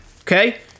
Okay